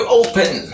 open